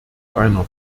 einer